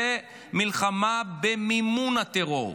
זה מלחמה במימון הטרור.